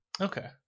Okay